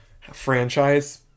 franchise